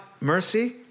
mercy